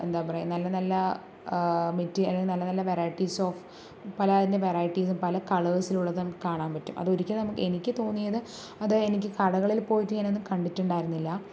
എന്താ പറയുക നല്ല നല്ല മെറ്റി നല്ല നല്ല വെറൈറ്റിസ് ഓഫ് പലതിൻ്റെ വെറൈറ്റിസും പല കളേഴ്സിൽ ഉള്ളതും കാണാൻ പറ്റും അതൊരിക്കലും എനിക്ക് തോന്നിയത് അതെനിക്ക് കടകളിൽ പോയിട്ട് ഇങ്ങനെയൊന്നും കണ്ടിട്ടുണ്ടായിരുന്നില്ല